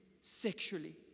sexually